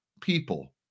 people